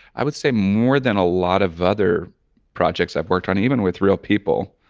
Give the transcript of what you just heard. i would say more than a lot of other projects i've worked on, even with real people,